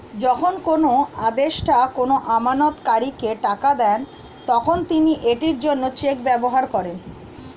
যখন কোনো আদেষ্টা কোনো আমানতকারীকে টাকা দেন, তখন তিনি এটির জন্য চেক ব্যবহার করেন